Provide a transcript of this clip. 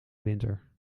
winter